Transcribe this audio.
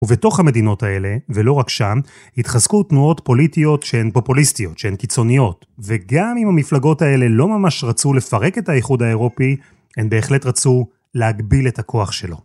ובתוך המדינות האלה, ולא רק שם, התחזקו תנועות פוליטיות שהן פופוליסטיות, שהן קיצוניות. וגם אם המפלגות האלה לא ממש רצו לפרק את האיחוד האירופי, הן בהחלט רצו להגביל את הכוח שלו.